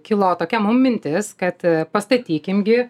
kilo tokia mum mintis kad pastatykim gi